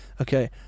Okay